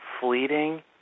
fleeting